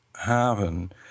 happen